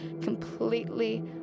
completely